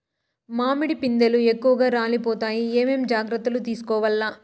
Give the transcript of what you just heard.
మామిడి పిందెలు ఎక్కువగా రాలిపోతాయి ఏమేం జాగ్రత్తలు తీసుకోవల్ల?